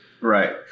Right